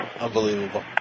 Unbelievable